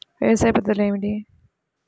వ్యవసాయ పద్ధతులు ఏమిటి?